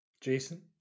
Jason